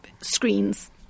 screens